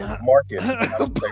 market